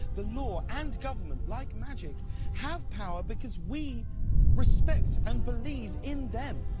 the law and government like magic have power because we respect and believe in them,